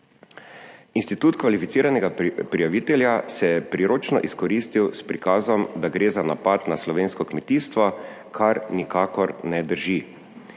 Institut kvalificiranega prijavitelja se je priročno izkoristil s prikazom, da gre za napad na slovensko kmetijstvo, kar nikakor ne drži.